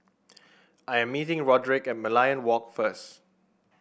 I am meeting Roderic at Merlion Walk first